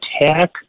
attack